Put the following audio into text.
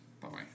Bye-bye